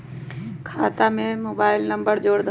खाता में mobile number जोड़ दहु?